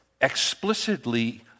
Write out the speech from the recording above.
explicitly